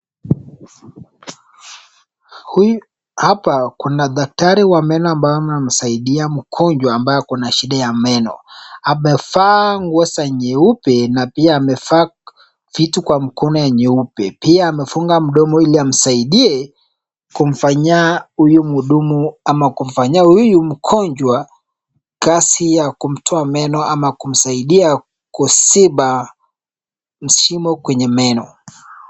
Hapa kuna daktari wa meno ambaye anamsaidia mgonjwa ambaye ako na shida ya meno. Amevaa nguo ya nyeupe na pia amevaa vitu kwa mkono ya nyeupe. Pia amefunga mdomo ili amsaidie kumfanyia huyu muhudumu ama kumfanyia huyu mgonjwa kazi ya kumtoa meno ama kumsaidia kusiba mshimo kwenye meno.